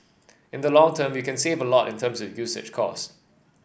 in the long term you can save a lot in terms of usage cost